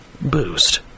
boost